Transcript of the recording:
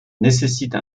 nécessite